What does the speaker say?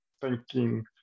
thanking